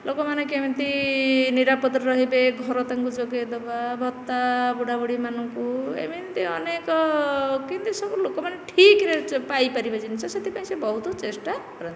ଲୋକମାନେ କେମିତି ନିରାପଦରେ ରହିବେ ଘର ତାଙ୍କୁ ଯୋଗାଇ ଦେବା ଭତ୍ତା ବୁଢ଼ାବୁଢ଼ୀ ମାନଙ୍କୁ ଏମିତି ଅନେକ କେମିତି ସବୁ ଲୋକମାନେ ଠିକରେ ପାଇପାରିବେ ଜିନିଷ ସେଥିପାଇଁ ସେ ବହୁତ ଚେଷ୍ଟା କରନ୍ତି